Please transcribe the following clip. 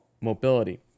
mobility